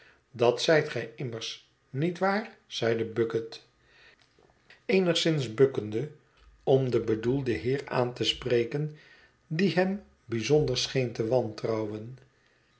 dat zijt gij immers niet waar zeide bucket eenigszins bukkende om den bedoelden heer aan te spreken die hem bijzonder scheen te wantrouwen